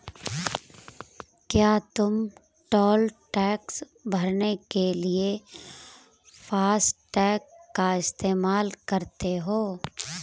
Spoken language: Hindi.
क्या तुम टोल टैक्स भरने के लिए फासटेग का इस्तेमाल करते हो?